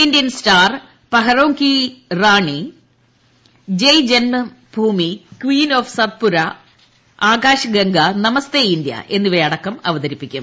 Indian star Paharon ki Rani Jai Janam Bhoomi queen of Satpura Akashganga Namaste India എന്നിവയടക്കം അവതരിപ്പിക്കും